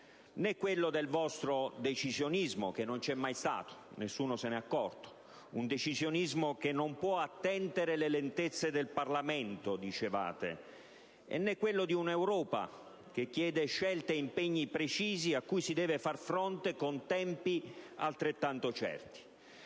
né quello del vostro decisionismo, che non c'è mai stato (nessuno se ne è accorto), un decisionismo che non può attendere le lentezze del Parlamento (dicevate), né quello di un'Europa che chiede scelte e impegni precisi, a cui si deve far fronte con tempi altrettanto certi.